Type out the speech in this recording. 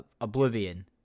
oblivion